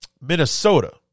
Minnesota